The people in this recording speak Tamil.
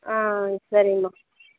ஆ சரிங்கம்மா